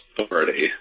authority